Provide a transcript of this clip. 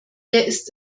ist